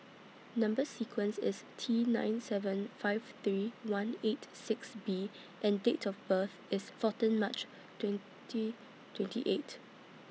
Number sequence IS T nine seven five three one eight six B and Date of birth IS fourteen March twenty twenty eight